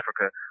Africa